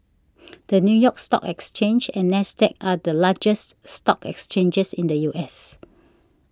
the New York Stock Exchange and NASDAQ are the largest stock exchanges in the U S